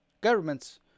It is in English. governments